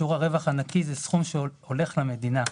ושיעור הרווח הנקי הוא סכום שהולך למדינה.